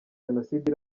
jenoside